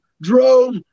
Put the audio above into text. drove